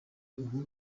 ubu